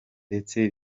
ndetse